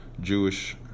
Jewish